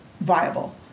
viable